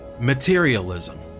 materialism